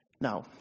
Now